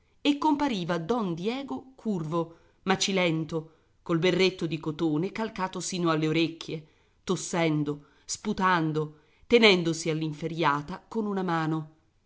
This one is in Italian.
e compariva don diego curvo macilento col berretto di cotone calcato sino alle orecchie tossendo sputando tenendosi all'inferriata con una mano